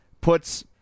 puts